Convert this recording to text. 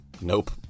Nope